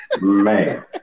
Man